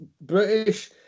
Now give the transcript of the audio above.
British